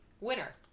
winner